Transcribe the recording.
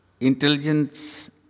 Intelligence